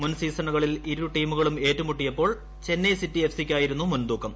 മുൻ സീസണുകളിൽ ഇരു ടീമുകളും ഏറ്റുമുട്ടിയപ്പോൾ ചെന്നൈ സിറ്റി എഫ്സിക്കായിരുന്നു മുൻതൂക്കം